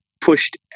pushed